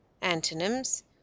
Antonyms